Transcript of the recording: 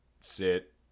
Sit